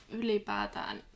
ylipäätään